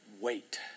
wait